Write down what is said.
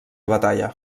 batalla